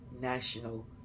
national